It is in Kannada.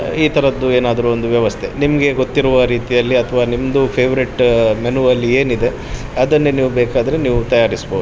ಈ ಥರದ್ದು ಏನಾದರೂ ಒಂದು ವ್ಯವಸ್ಥೆ ನಿಮಗೆ ಗೊತ್ತಿರುವ ರೀತಿಯಲ್ಲಿ ಅಥವಾ ನಿಮ್ಮದು ಫೇವರಿಟ್ ಮೆನುವಲ್ಲಿ ಏನಿದೆ ಅದನ್ನೇ ನೀವು ಬೇಕಾದರೆ ನೀವು ತಯಾರಿಸ್ಬೋದು